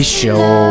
show